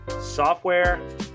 Software